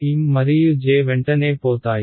M మరియు J వెంటనే పోతాయి